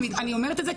אני אומרת את זה,